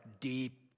deep